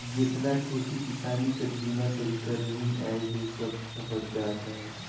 जेतना खेती किसानी कर जूना तरीका रहिन आएज ओ सब छपत जात अहे